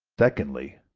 secondly,